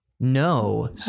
No